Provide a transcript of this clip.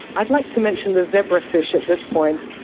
i'd like to mention the zebrafish at this point.